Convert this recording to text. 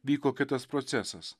vyko kitas procesas